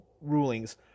rulings